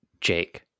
Jake